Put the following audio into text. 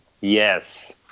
Yes